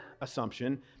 assumption